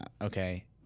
okay